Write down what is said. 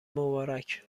مبارک